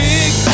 Big